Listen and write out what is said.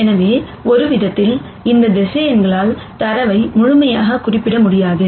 எனவே ஒருவிதத்தில் இந்த வெக்டார்களால் தரவை முழுமையாக குறிப்பிட முடியாது